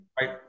Right